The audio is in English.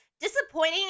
disappointing